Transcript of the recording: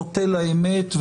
חוטא לאמת,